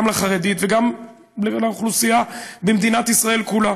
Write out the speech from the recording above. גם לחרדית וגם לאוכלוסייה במדינת ישראל כולה,